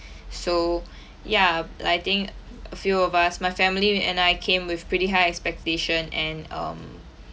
so ya but I think a few of us my family and I came with pretty high expectation and um